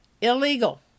illegal